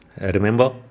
Remember